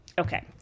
okay